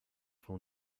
from